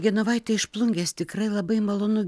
genovaitė iš plungės tikrai labai malonu